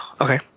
Okay